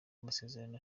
amasezerano